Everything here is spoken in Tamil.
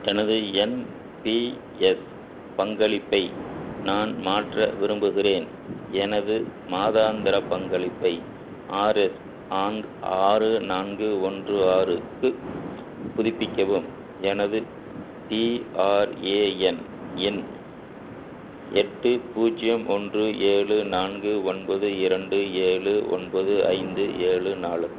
எனது என் பி எஸ் பங்களிப்பை நான் மாற்ற விரும்புகிறேன் எனது மாதாந்திர பங்களிப்பை ஆர் எஸ் ஆங் ஆறு நான்கு ஒன்று ஆறுக்கு புதுப்பிக்கவும் எனது பி ஆர் ஏ என் எண் எட்டு பூஜ்ஜியம் ஒன்று ஏழு நான்கு ஒன்பது இரண்டு ஏழு ஒன்பது ஐந்து ஏழு நாலு